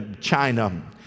China